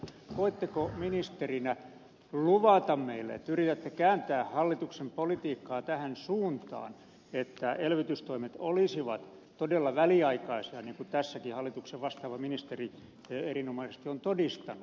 voitteko ministerinä luvata meille että yritätte kääntää hallituksen politiikkaa tähän suuntaan että elvytystoimet olisivat todella väliaikaisia niin kuin tässäkin hallituksen vastaava ministeri erinomaisesti on todistanut